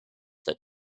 that